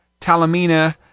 Talamina